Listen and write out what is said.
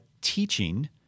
teaching